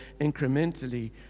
incrementally